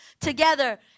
together